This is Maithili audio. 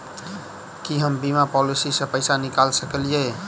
की हम बीमा पॉलिसी सऽ पैसा निकाल सकलिये?